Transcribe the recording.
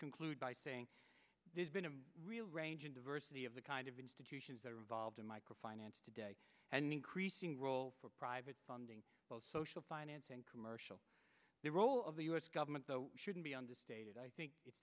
conclude by saying there's been a real range of diversity of the kind of institutions that are involved in micro finance today and increasing role for private funding both social finance and commercial the role of the u s government shouldn't be understated i think it's